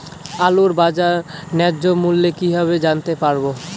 আলুর বাজার ন্যায্য মূল্য কিভাবে জানতে পারবো?